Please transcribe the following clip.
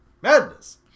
Madness